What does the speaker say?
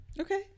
Okay